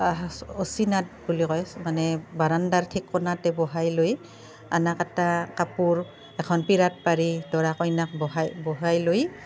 অচিনাত বুলি কয় মানে বাৰাণ্ডাৰ ঠিক কোণাতে বহাই লৈ আনাকাটা কাপোৰ এখন পীৰাত পাৰি দৰা কইনাক বহায় বহাই লৈ